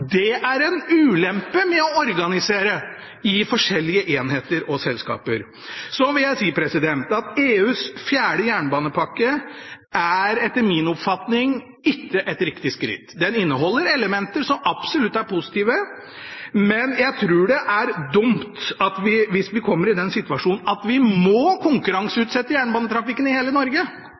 Det er en ulempe med å organisere i forskjellige enheter og selskaper. Så vil jeg si at EUs fjerde jernbanepakke, etter min oppfatning, ikke er et riktig skritt. Den inneholder elementer som absolutt er positive, men jeg tror det er dumt om vi kommer i den situasjonen at vi må konkurranseutsette jernbanetrafikken i hele Norge.